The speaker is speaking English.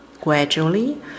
Gradually